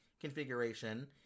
configuration